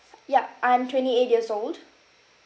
yup I'm twenty eight years old